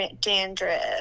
dandruff